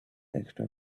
extra